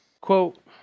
Quote